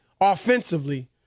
offensively